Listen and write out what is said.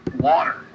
Water